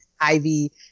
Ivy